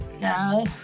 No